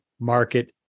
market